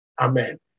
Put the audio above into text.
Amen